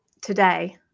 today